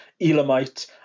Elamite